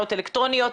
הדרך,